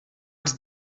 els